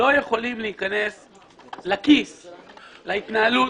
לא יכולים להיכנס לכיס, להתנהלות,